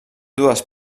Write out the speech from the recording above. dues